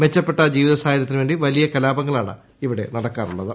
മെച്ചപ്പെട്ട ജീവിത സാഹചര്യത്തിനുവേണ്ടി വലിയ കലാപങ്ങളാണ് ഇവിടെ നടക്കാറുള്ളത്